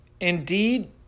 Indeed